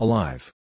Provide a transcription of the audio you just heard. Alive